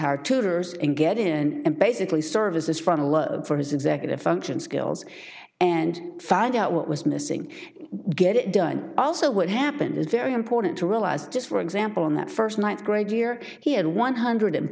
hire tutors and get in and basically services front load for his executive function skills and find out what was missing get it done also what happened is very important to realize just for example on that first night grade year he had one hundred